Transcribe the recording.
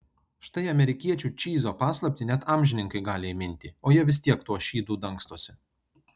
štai amerikiečių čyzo paslaptį net amžininkai gali įminti o jie vis tiek tuo šydu dangstosi